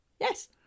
yes